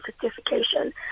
certification